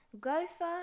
gopher